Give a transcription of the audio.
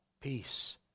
peace